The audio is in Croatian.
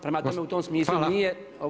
Prema tome u tom smislu nije